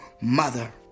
Mother